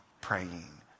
praying